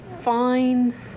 fine